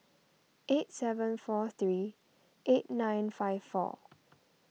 eight seven four three eight nine five four